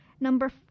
number